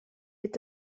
est